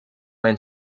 mijn